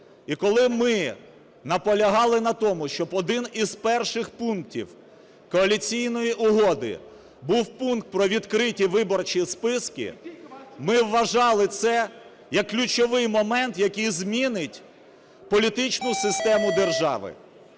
І коли ми наполягали на тому, щоб один із перших пунктів коаліційної угоди був пункт про відкриті виборчі списки, ми вважали це як ключовий момент, який змінить політичну систему держави.